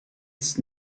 its